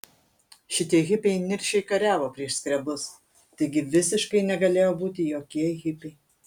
šitie hipiai niršiai kariavo prieš skrebus taigi visiškai negalėjo būti jokie hipiai